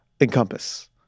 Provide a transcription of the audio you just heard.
encompass